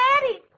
Daddy